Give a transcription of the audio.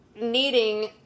needing